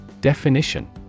Definition